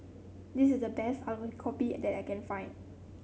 this is the best Aloo Gobi that I can find